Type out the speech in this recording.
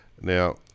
Now